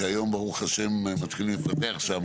שהיום ברוך ה' מתחילים לפתח שם,